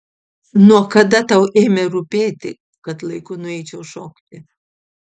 nuo kada tau ėmė rūpėti kad laiku nueičiau šokti